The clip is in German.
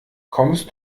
kommst